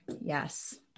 Yes